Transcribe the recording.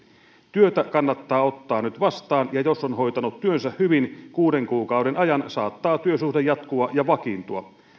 työtä kannattaa ottaa nyt vastaan ja jos on hoitanut työnsä hyvin kuuden kuukauden ajan saattaa työsuhde jatkua ja vakiintua